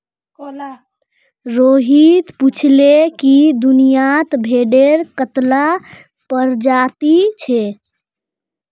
रोहित पूछाले कि दुनियात भेडेर कत्ला प्रजाति छे